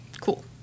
Cool